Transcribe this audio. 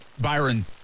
byron